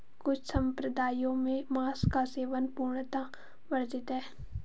कुछ सम्प्रदायों में मांस का सेवन पूर्णतः वर्जित है